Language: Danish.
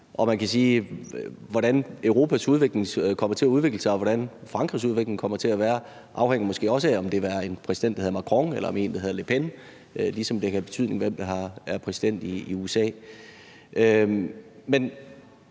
man kan sige, at hvordan Europa kommer til at udvikle sig, og hvordan Frankrigs udvikling kommer til at være, måske også afhænger af, om det er en præsident, der hedder Macron, eller om det er en, der hedder Le Pen, ligesom det kan have betydning, hvem der er præsident i USA.